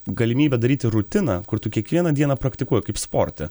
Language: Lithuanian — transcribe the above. galimybę daryti rutiną kur tu kiekvieną dieną praktikuoji kaip sporte